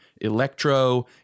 electro